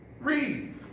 Read